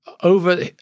over